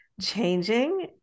changing